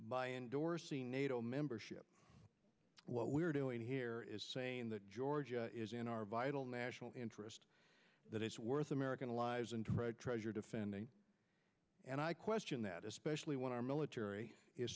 by endorsing nato membership what we're doing here is saying that georgia is in our vital national interest that it's worth american lives and treasure defending and i question that especially when our military is